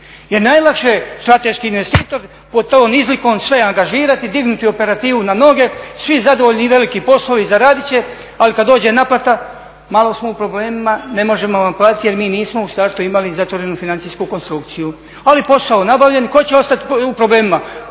Jer najlakše je strateški investitor pod tom izlikom sve angažirati, dignuti operativu na noge, svi zadovoljni i veliki poslovi zaradit će, ali kad dođe naplata malo smo u problemima, ne možemo vam platiti jer mi nismo u startu imali zatvorenu financijsku konstrukciju ali posao nabavljen. Tko će ostati u problemima?